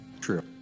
True